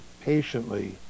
patiently